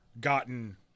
gotten